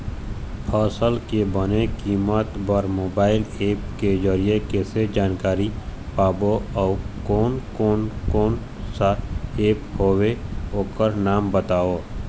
फसल के बने कीमत बर मोबाइल ऐप के जरिए कैसे जानकारी पाबो अउ कोन कौन कोन सा ऐप हवे ओकर नाम बताव?